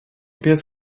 pies